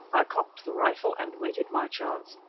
i cocked the rifle and waited my chance.